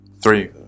Three